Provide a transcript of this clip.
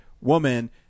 woman